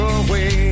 away